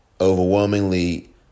overwhelmingly